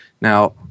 Now